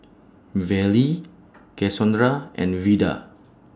Vallie Cassondra and Vida